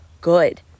good